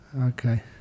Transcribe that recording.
Okay